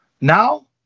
now